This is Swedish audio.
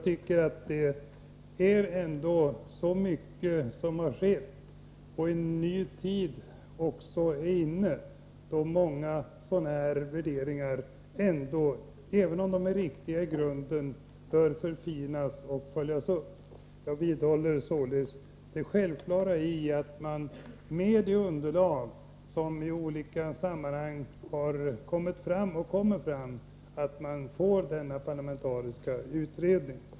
Det är ändå så mycket som har skett, och en ny tid är inne, då många sådana här värderingar, även om de är riktiga i grunden, bör förfinas och följas upp. Jag vidhåller således, med det underlag som i olika sammanhang har kommit fram och kommer fram, det självklara i att man får en parlamentarisk utredning.